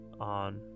on